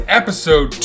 episode